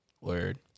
Word